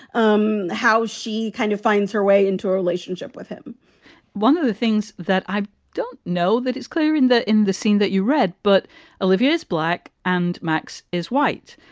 um how she kind of finds her way into her relationship with him one of the things that i don't know that it's clear in that in the scene that you read, but olivier is black and max is white.